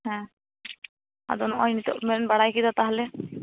ᱦᱮᱸ ᱟᱫᱚ ᱱᱚᱜ ᱚᱭ ᱱᱤᱛᱳᱜ ᱵᱮᱱ ᱵᱟᱲᱟᱭ ᱠᱮᱫᱟ ᱛᱟᱦᱚᱞᱮ ᱦᱚᱸ